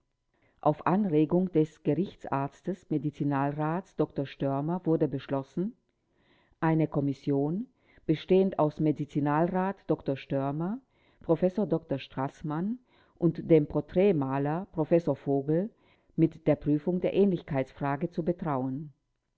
auf anregung des gerichtsarztes medizinalrats dr störmer wurde beschlossen eine kommission bestehend aus medizinalrat dr störmer professor dr straßmann und dem porträtmaler professor vogel mit der prüfung der ähnlichkeitsfrage zu betrauen